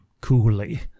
coolly